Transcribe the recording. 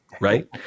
right